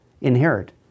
inherit